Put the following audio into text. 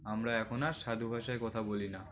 আমরা এখন আর সাধু ভাষায় কথা বলি না